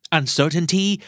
uncertainty